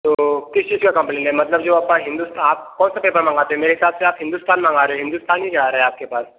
तो किस चीज़ का कंप्लेन है मतलब जो आपका हिन्दुस्तान आप कौनसा पेपर मंगाते हो मेरे हिसाब से आप हिन्दुस्तान मंगा रहे हिन्दुस्तान ही जा रहे आपके पास